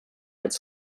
its